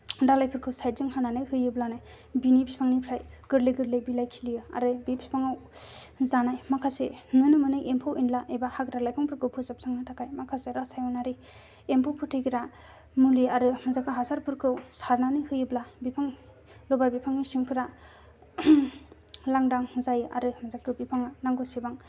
दालायफोरखौ साइडजों हानानै होयोब्लानो बिनि बिफांनिफ्राय गोरलै गोरलै बिलाइ खिलियो आरो बे बिफाङाव जानाय माखासे नुनो मोनै एम्फौ एनला एबा हाग्रा लाइफांफोरखौ फोजोबस्रांनो थाखाय माखासे रासायनारिक एम्फौ फोथैग्रा मुलि आरो जायखो हासारफोरखौ सारनानै होयोब्ला बिफां लबार बिफांनि सिंफोरा लांदां जायो आरो जे बिफाङा नांगौसेबां